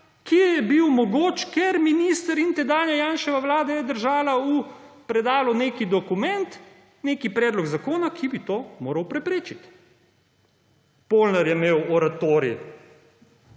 ki je bil mogoč, ker sta minister in tedanja Janševa vlada držala v predalu neki dokument, neki predlog zakona, ki bi to moral preprečiti. Polnar je imel oratorij